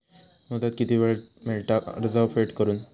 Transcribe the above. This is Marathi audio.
मुदत किती मेळता कर्ज फेड करून?